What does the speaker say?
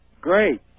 Great